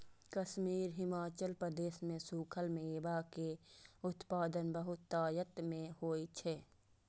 कश्मीर, हिमाचल प्रदेश मे सूखल मेवा के उत्पादन बहुतायत मे होइ छै